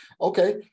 Okay